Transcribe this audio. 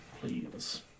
please